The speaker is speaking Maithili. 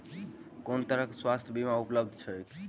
केँ तरहक स्वास्थ्य बीमा उपलब्ध छैक?